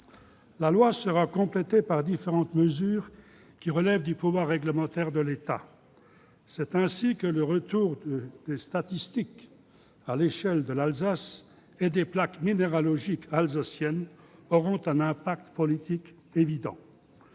La loi sera complétée par différentes mesures qui relèvent du pouvoir réglementaire de l'État. En particulier, le retour des statistiques à l'échelle de l'Alsace et des plaques minéralogiques alsaciennes aura une portée politique évidente.